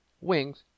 wings